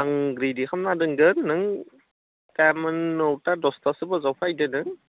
आं रेदि खालामना दोनगोन नों गाबोन नौटा दसटासे बाजियाव फैदो नों